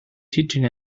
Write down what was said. teaching